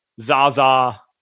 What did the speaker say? Zaza